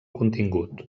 contingut